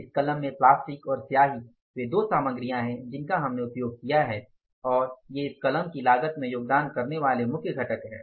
इस कलम में प्लास्टिक और स्याही वे दो सामग्रियां हैं जिनका हमने उपयोग किया है और ये इस कलम की लागत में योगदान करनेवाले मुख्य घटक है